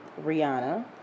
Rihanna